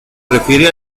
refiere